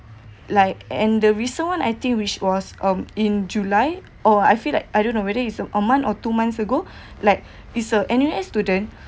like and the resort I think which was um in july oh I feel like I don't know whether is of a month or two months ago like it's a N_U_S student